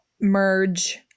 merge